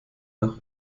nach